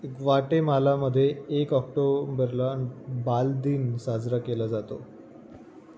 ग्वाटेमालामध्ये एक ऑक्टोंबरला बालदिन साजरा केला जातो